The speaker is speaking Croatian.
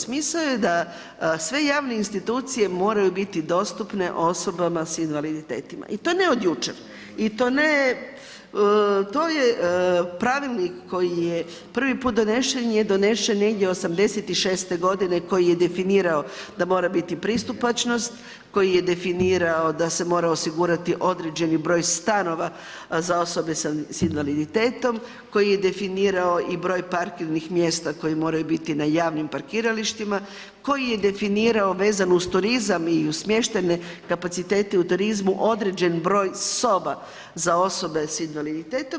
Smisao je da sve javne institucije moraju biti dostupne osobama s invaliditetom i to ne od jučer, to je pravilnik koji je prvi put donesen je donesen negdje '86. koji je definirao da mora biti pristupačnost, koji je definirao da se mora osigurati određeni broj stanova za osobe s invaliditetom, koji je definirao i broj parkirnih mjesta koje moraju biti na javnim parkiralištima, koji je definirao vezan uz turizam i uz smještene kapacitete u turizmu određen broj soba za osobe s invaliditetom.